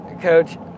Coach